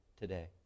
today